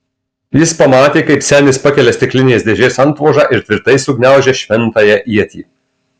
jis pamatė kaip senis pakelia stiklinės dėžės antvožą ir tvirtai sugniaužia šventąją ietį